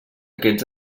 aquests